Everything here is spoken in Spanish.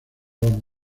los